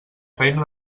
feina